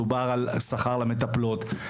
מדובר על השכר למטפלות,